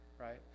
right